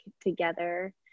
together